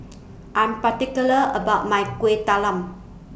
I'm particular about My Kuih Talam